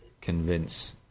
convince